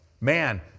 Man